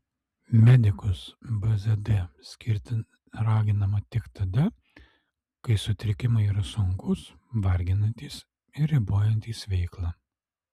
medikus bzd skirti raginama tik tada kai sutrikimai yra sunkūs varginantys ir ribojantys veiklą